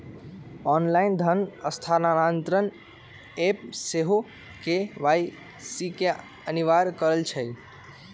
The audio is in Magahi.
ऑनलाइन धन स्थानान्तरण ऐप सेहो के.वाई.सी के अनिवार्ज करइ छै